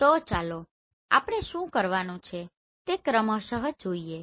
તો ચાલો આપણે શું કરવાનું છે તે ક્રમશઃ જોઈએ